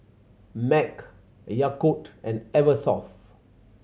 MAG Yakult and Eversoft